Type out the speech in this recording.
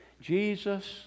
Jesus